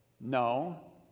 No